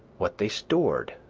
what they stored,